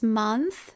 month